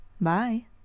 Bye